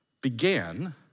began